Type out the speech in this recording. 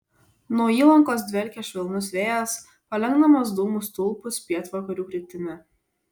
nuo įlankos dvelkė švelnus vėjas palenkdamas dūmų stulpus pietvakarių kryptimi